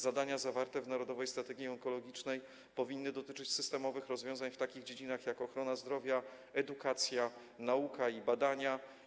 Zadania zawarte w Narodowej Strategii Onkologicznej powinny dotyczyć systemowych rozwiązań w takich dziedzinach jak ochrona zdrowia, edukacja, nauka i badania.